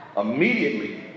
Immediately